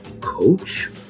coach